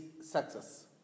success